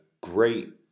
great